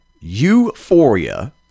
euphoria